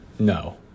No